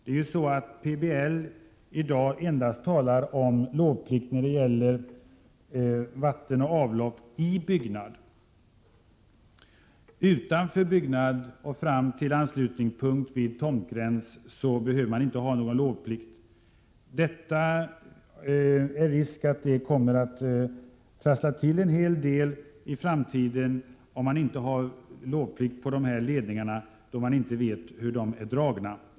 I planoch bygglagen talas i dag om lovplikt endast när det gäller vatten och avlopp i byggnad. Utanför byggnad och fram till anslutningspunkten vid tomtgräns råder inte någon lovplikt. Det finns risk för att det kommmer att trassla till en hel del i framtiden om man inte har lovplikt beträffande ledningarna, eftersom man då inte vet hur de är dragna.